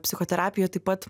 psichoterapijoj taip pat